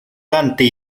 tante